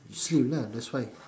you sleep lah that's why